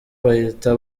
bahita